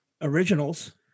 originals